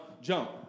jump